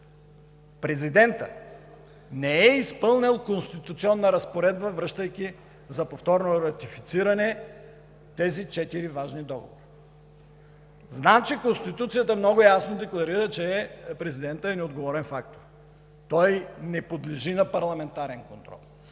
президентът не е изпълнил конституционна разпоредба, връщайки за повторно ратифициране тези четири важни договора. Значи Конституцията много ясно декларира, че президентът е неотговорен фактор, той не подлежи на парламентарен контрол.